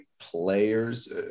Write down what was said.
players